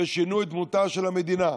ששינו את דמותה של המדינה,